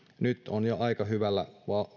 nyt on jo aika hyvällä